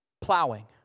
plowing